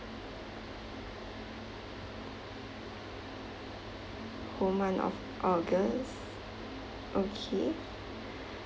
whole month of august okay